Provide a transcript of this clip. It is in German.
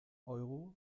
euro